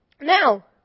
Now